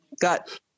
got –